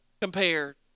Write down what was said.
compared